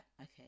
okay